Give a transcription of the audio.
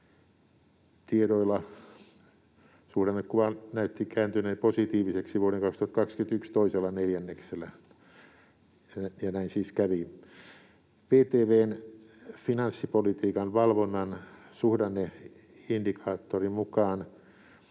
tiedoilla suhdannekuva näytti kääntyneen positiiviseksi vuoden 2021 toisella neljänneksellä — ja näin siis kävi. VTV:n finanssipolitiikan valvonnan suhdanneindikaattorin mukaan